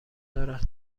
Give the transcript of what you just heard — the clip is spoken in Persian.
دارد